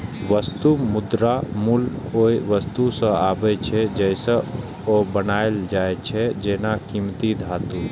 वस्तु मुद्राक मूल्य ओइ वस्तु सं आबै छै, जइसे ओ बनायल जाइ छै, जेना कीमती धातु